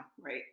Right